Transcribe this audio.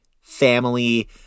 family